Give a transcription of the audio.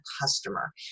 customer